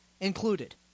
included